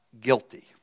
guilty